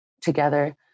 together